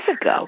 ago